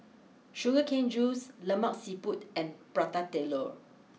Sugar Cane juice Lemak Siput and Prata Telur